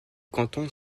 cantons